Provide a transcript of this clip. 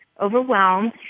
overwhelmed